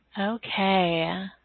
Okay